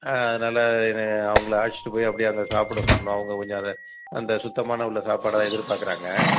ஆ அதனால் என்னைய அவங்கள அழைச்சிட்டு போய் அப்படியே அங்கே சாப்பிட சொல்லணும் அவங்க கொஞ்சம் அதை அந்த சுத்தமான உள்ள சாப்பாடாக எதிர்பார்க்கறாங்க